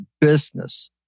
business